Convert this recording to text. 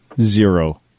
zero